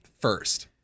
first